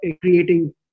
creating